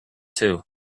too